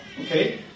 Okay